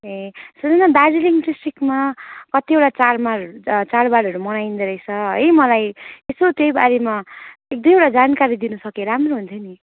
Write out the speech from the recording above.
ए सुन्नु न दार्जिलिङ डिस्ट्रिक्टमा कतिवटा चाडमाड चाडबाडहरू मनाइँदो रहेछ है मलाई यसो त्यही बारेमा एकदुईवटा जानकारी दिनुसके राम्रो हुन्थ्यो नि